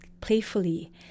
playfully